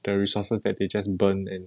the resources that they just burn and